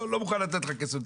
אני לא מוכן לתת לך כסף לתכנון.